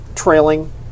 Trailing